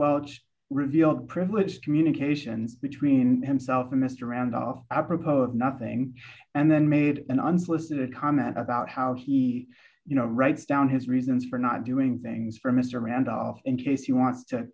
welch revealed privileged communication between himself and mr randolph apropos of nothing and then made an unsolicited comment about how he you know writes down his reasons for not doing things as for mr randolph in case you want to